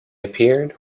appeared